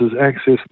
access